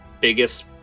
biggest